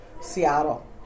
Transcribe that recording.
Seattle